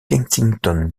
kensington